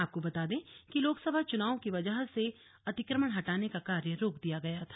आपको बता दें कि लोकसभा चुनाव की वजह से अतिक्रमण हटाने का कार्य रोक दिया गया था